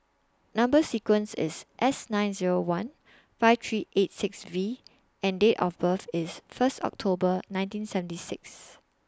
Number sequence IS S nine Zero one five three eight six V and Date of birth IS First October nineteen seventy six